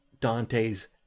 Dante's